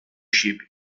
sheep